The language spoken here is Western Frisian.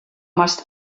moatst